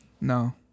No